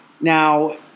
Now